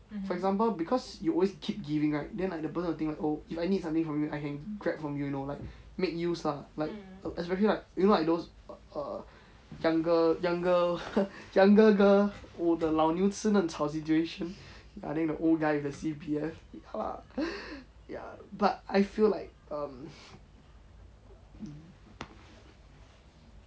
for example because you always keep giving right then like the person will think like oh if I need something from you I can grab from you you know like make use lah like err especially like you know like those err younger younger younger girl the 老牛吃嫩草 situation ya then the old guy with the C_P_F ha ya but I feel like um